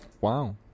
Wow